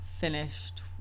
finished